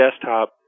desktop